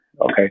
Okay